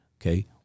Okay